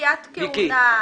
פקיעת כהונה,